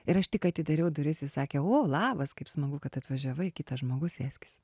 ir aš tik atidariau durisjis sakė o labas kaip smagu kad atvažiavai kitas žmogus sėskis